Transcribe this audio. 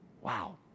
wow